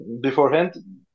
beforehand